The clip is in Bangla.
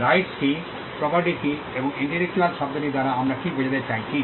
রাইটস কী প্রপার্টি কী এবং ইন্টেলেকচুয়াল শব্দটি দ্বারা আমরা কী বোঝাতে চাইছি